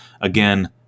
again